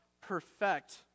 perfect